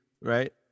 Right